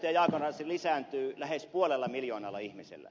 jaakonsaari lisääntyy lähes puolella miljoonalla ihmisellä